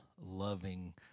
loving